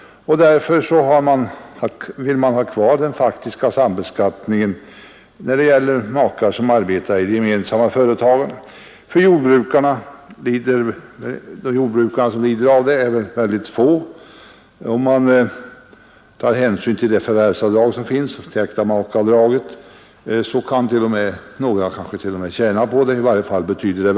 Därför vill man ha kvar den faktiska sambeskattningen av makar som arbetar i ett gemensamt företag. Det är få jordbrukare som lider av detta system. Om man tar hänsyn till äktamakeavdraget kanske några t.o.m. tjänar på systemet.